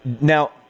now